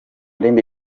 rindi